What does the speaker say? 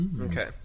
okay